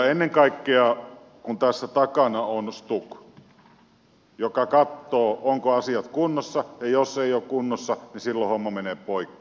ennen kaikkea tässä takana on stuk joka katsoo ovatko asiat kunnossa ja jos eivät ole kunnossa niin silloin homma menee poikki